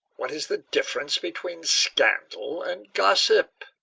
what is the difference between scandal and gossip?